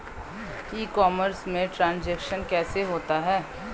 ई commerce में transaction कैसे होता है?